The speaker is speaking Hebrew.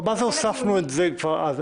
מה זה הוספנו את זה כבר אז?